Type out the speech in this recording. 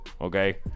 okay